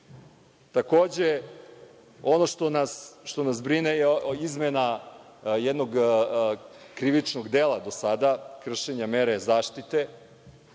pre. Takođe, ono što nas brine je izmena jednog krivičnog dela do sada, kršenja mere zaštite,